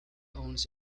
owns